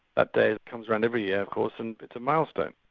that day comes around every year of course and it's a milestone.